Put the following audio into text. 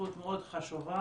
השתתפות מאוד חשובה.